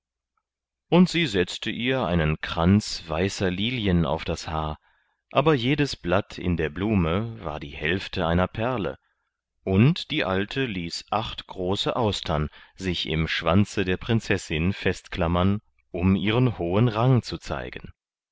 und sie setzte ihr einen kranz weißer lilien auf das haar aber jedes blatt in der blume war die hälfte einer perle und die alte ließ acht große austern sich im schwanze der prinzessin festklemmen um ihren hohen rang zu zeigen